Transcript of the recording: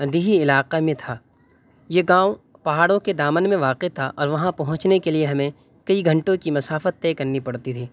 دیہی علاقہ میں تھا یہ گاؤں پہاڑوں كے دامن میں واقع تھا اور وہاں پہنچنے کے لیے ہمیں کئی گھنٹوں کی مسافت طے کرنی پڑتی تھی